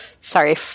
Sorry